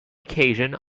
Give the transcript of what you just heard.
occasion